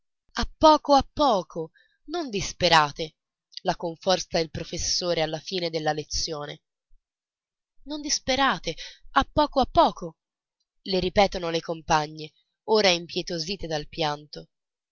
poco a poco non disperate la conforta il professore alla fine della lezione non disperate a poco a poco le ripetono le compagne ora impietosite dal pianto